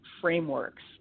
frameworks